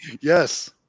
yes